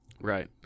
Right